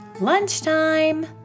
Lunchtime